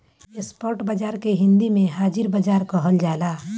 spot बाजार के हिंदी में हाजिर बाजार कहल जाला